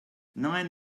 nine